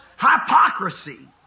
hypocrisy